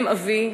אם-אבי,